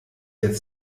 jetzt